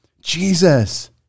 Jesus